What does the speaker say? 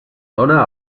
dóna